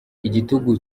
igitugu